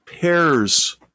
pairs